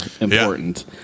important